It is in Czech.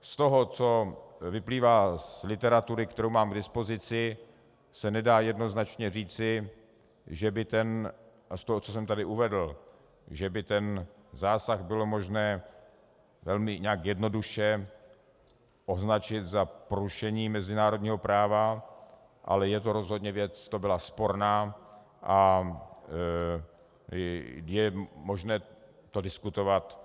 Z toho, co vyplývá z literatury, kterou mám k dispozici, se nedá jednoznačně říci, že by ten, a z toho, co jsem tady uvedl, že by ten zásah bylo možné nějak jednoduše označit za porušení mezinárodního práva, ale rozhodně ta věc byla sporná a je možné to diskutovat.